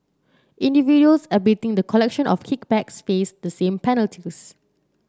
individuals abetting the collection of kickbacks face the same